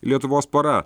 lietuvos pora